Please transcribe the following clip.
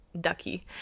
ducky